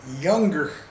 younger